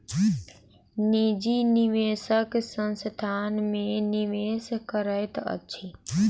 निजी निवेशक संस्थान में निवेश करैत अछि